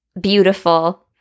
beautiful